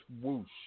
whoosh